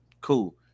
Cool